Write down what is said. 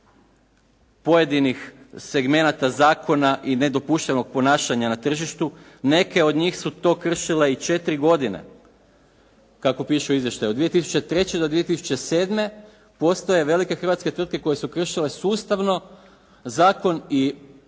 pojedinih segmenata i zakona i nedopuštenog ponašanja na tržištu, neke od njih su to kršile i četiri godine. Tako piše u izvještaju, od 2003. do 2007. postoje velike hrvatske tvrtke koje su kršile sustavno zakon i